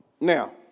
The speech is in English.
Now